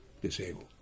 disabled